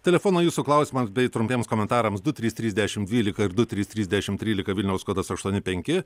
telefonai jūsų klausimams bei trumpiems komentarams du trys trys dešimt dvylika ir du trys trys dešimt trylika vilniaus kodas aštuoni penki